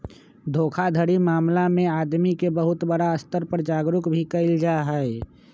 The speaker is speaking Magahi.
धोखाधड़ी मामला में आदमी के बहुत बड़ा स्तर पर जागरूक भी कइल जाहई